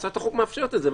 הצעת החוק מאפשרת את זה,